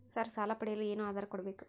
Sir ಸಾಲ ಪಡೆಯಲು ಏನು ಆಧಾರ ಕೋಡಬೇಕು?